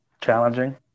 challenging